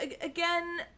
Again